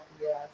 Yes